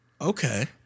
Okay